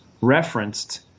referenced